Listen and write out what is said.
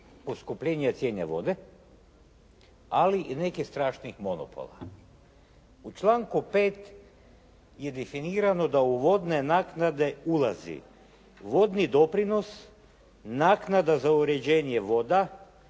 poskupljenja cijene vode, ali i nekih strašnih monopola. U članku 5. je definirano da u vodne naknade ulazi vodni doprinos, naknada za uređenje voda,